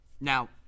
Now